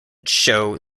show